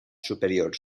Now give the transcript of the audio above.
superior